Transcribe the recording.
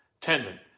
tendon